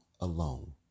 alone